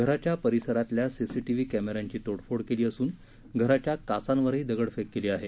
घराच्या परिसरातल्या सीसीटीव्ही कॅमेऱ्यांची तोडफोड केली असून घराच्या काचांवरही दगडफेक केली आहे